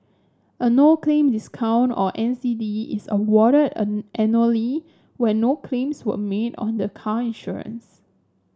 a no claim discount or N C D is awarded a annually when no claims were made on the car insurance